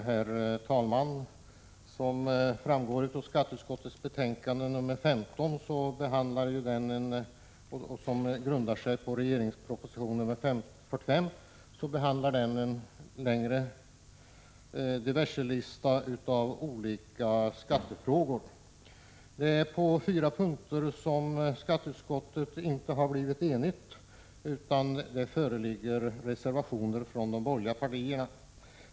Herr talman! Som framgår av skatteutskottets betänkande 1986/87:15, som grundar sig på regeringens proposition 45, behandlas en lista med diverse skattefrågor. På fyra punkter har skatteutskottet inte blivit enigt utan det föreligger reservationer från de borgerliga partierna.